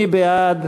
מי בעד?